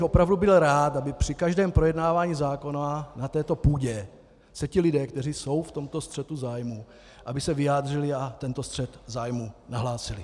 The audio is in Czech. Opravdu bych byl rád, aby při každém projednávání zákona na této půdě se ti lidé, kteří jsou v tomto střetu zájmu, vyjádřili a tento střet zájmu nahlásili.